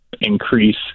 increase